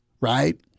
Right